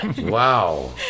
Wow